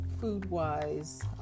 food-wise